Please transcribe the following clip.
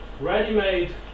ready-made